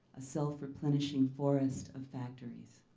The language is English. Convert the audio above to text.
a self-replenishing forest of factories,